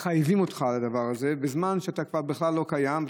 מחייבים אותך על הדבר הזה בזמן שזה כבר לא קיים בכלל,